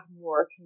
more